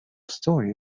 story